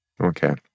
Okay